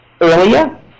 earlier